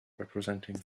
representing